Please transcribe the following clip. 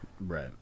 right